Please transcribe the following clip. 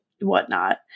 whatnot